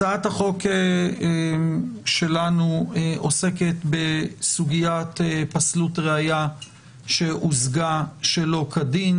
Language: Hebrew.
הצעת החוק שלנו עוסקת בסוגיית פסלות ראיה שהושגה שלא כדין,